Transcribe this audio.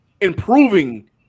improving